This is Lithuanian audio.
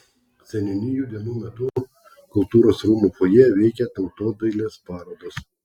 seniūnijų dienų metu kultūros rūmų fojė veikė tautodailės parodos